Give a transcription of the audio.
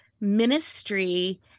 ministry